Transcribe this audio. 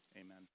Amen